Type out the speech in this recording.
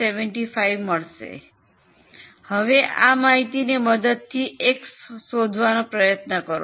875 મળશે હવે આ માહિતીની મદદથી X શોધવા પ્રયત્ન કરો